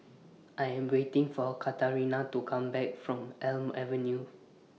I Am waiting For Katarina to Come Back from Elm Avenue